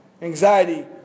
Anxiety